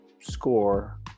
score